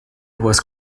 was